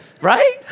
right